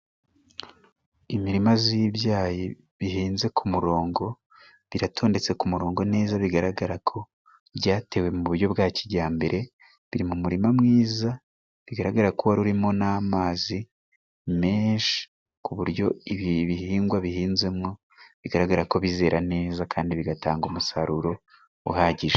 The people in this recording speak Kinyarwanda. Imirima z'ibyayi bihinze ku murongo biratondetse ku murongo neza, bigaragara ko byatewe mu buryo bwa kijyambere, biri mu murima mwiza bigaragara ko wari urimo n'amazi menshi, kuburyo ibi bihingwa bihinzemo bigaragara ko bizera neza kandi bigatanga umusaruro uhagije.